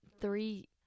three